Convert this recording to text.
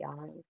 eyes